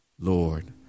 Lord